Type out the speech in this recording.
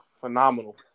phenomenal